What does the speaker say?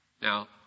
Now